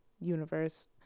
universe